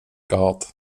god